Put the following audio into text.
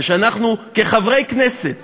אנחנו כחברי כנסת